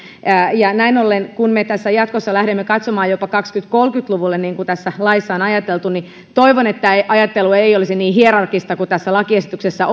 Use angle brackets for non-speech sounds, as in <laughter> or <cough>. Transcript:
näin ollen kun me jatkossa lähdemme katsomaan jopa kaksikymmentä viiva kolmekymmentä luvulle niin kuin tässä laissa on ajateltu niin toivon että ajattelu ei olisi niin hierarkkista kuin tässä lakiesityksessä <unintelligible>